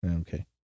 Okay